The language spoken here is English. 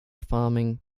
farming